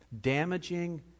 damaging